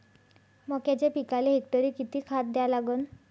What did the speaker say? मक्याच्या पिकाले हेक्टरी किती खात द्या लागन?